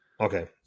Okay